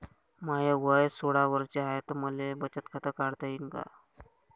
माय वय सोळा वर्ष हाय त मले बचत खात काढता येईन का?